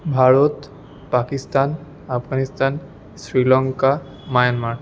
Bharat Pakistan Afghanistan Sri Lanka Myanmar